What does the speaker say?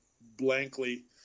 blankly